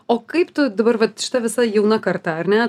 o kaip tu dabar vat šita visa jauna karta ar ne